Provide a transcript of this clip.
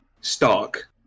stark